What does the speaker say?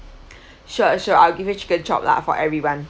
sure sure I'll give you chicken chop lah for everyone